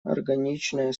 органичная